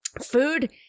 food